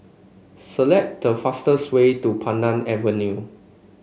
select the fastest way to Pandan Avenue